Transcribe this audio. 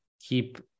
keep